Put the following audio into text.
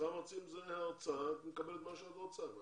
שכר מרצים, את מקבלת מה שאת רוצה.